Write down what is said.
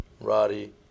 Roddy